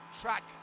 track